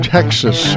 Texas